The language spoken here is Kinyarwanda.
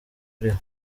uriho